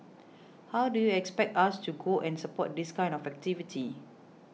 how do you expect us to go and support this kind of activity